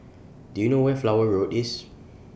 Do YOU know Where Flower Road IS